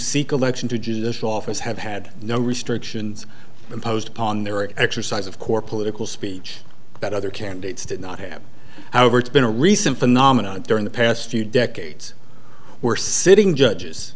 seek election judges this office have had no restrictions imposed upon their exercise of core political speech that other candidates did not have however it's been a recent phenomenon during the past few decades were sitting judges